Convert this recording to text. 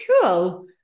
cool